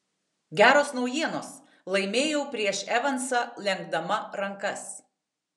geros naujienos laimėjau prieš evansą lenkdama rankas